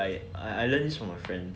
I I I learnt this from my friend